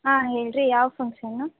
ಹಾಂ ಹೇಳಿ ರೀ ಯಾವ ಫಂಕ್ಷನು